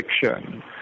fiction